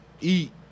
Eat